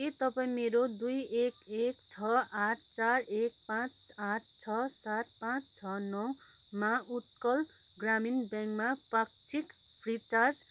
के तपाईँ मेरो दुई एक एक छ आठ चार एक पाँच आठ छ सात पाँच छ नौमा उत्कर्स ग्रामीण ब्याङ्कमा पाक्षिक रिचार्ज